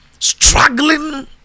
struggling